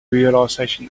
realization